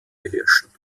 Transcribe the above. beherrschen